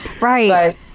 right